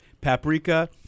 paprika